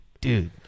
Dude